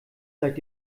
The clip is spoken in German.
seit